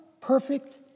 perfect